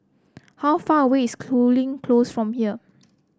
how far away is Cooling Close from here